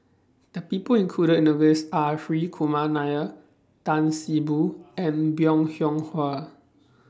The People included in The list Are Hri Kumar Nair Tan See Boo and Bong Hiong Hwa